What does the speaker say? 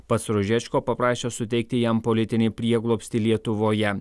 pats ružečko paprašė suteikti jam politinį prieglobstį lietuvoje